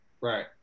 Right